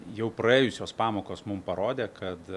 jau praėjusios pamokos mums parodė kad